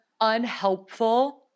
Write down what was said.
unhelpful